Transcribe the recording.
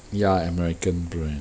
ya american brand